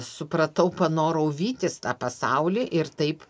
supratau panorau vytis tą pasaulį ir taip